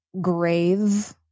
grave